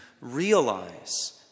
realize